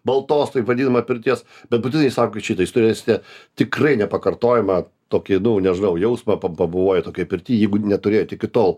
baltos taip vadinama pirties bet būtinai išsaugokit šitą jūs turėsite tikrai nepakartojamą tokį nu nežinau jausmą pabuvoję tokioj pirty jeigu neturėjot iki tol